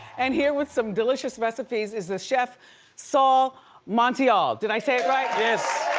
and here with some delicious recipes is the chef saul montiel, did i say it right? yes.